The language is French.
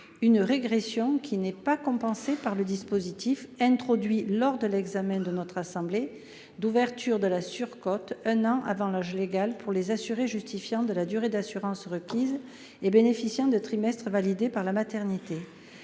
Cette régression n'est pas compensée par le dispositif introduit ici même, lors de l'examen du texte par notre assemblée, d'ouverture de la surcote un an avant l'âge légal pour les assurés justifiant de la durée d'assurance requise et bénéficiant des trimestres validés au titre de la maternité.